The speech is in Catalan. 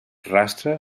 rastre